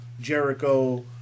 Jericho